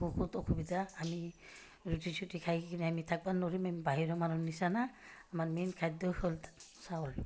বহুত অসুবিধা আমি ৰুটি চুটি খাই কিনে আমি থাকিব নোৱাৰিম বাহিৰৰ মানুহ নিচনা নহয় আমাৰ মেইন খাদ্যই হ'ল চাউল